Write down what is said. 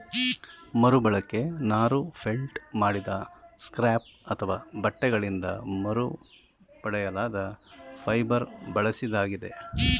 ಮರುಬಳಕೆ ನಾರು ಫೆಲ್ಟ್ ಮಾಡಿದ ಸ್ಕ್ರ್ಯಾಪ್ ಅಥವಾ ಬಟ್ಟೆಗಳಿಂದ ಮರುಪಡೆಯಲಾದ ಫೈಬರ್ ಬಳಸಿದಾಗಿದೆ